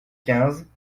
quinze